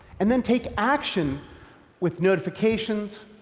and then take action with notifications,